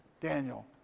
Daniel